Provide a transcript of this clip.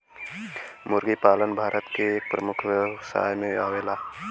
मुर्गी पालन भारत के एक प्रमुख व्यवसाय में आवेला